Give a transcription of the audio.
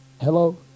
hello